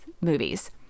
movies